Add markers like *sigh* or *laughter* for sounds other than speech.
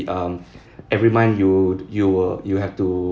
um *breath* every month you you will you have to